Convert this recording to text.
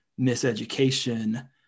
miseducation